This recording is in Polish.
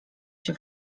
się